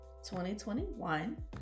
2021